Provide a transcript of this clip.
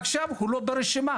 עכשיו הוא לא ברשימה,